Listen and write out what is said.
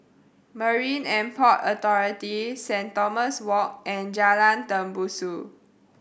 Marine And Port Authority Saint Thomas Walk and Jalan Tembusu